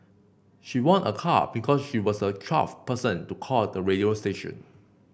she won a car because she was the twelfth person to call the radio station